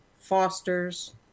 Foster's